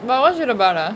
but what is it about uh